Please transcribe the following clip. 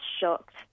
shocked